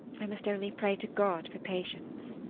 i must only pray to god for patience.